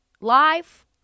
live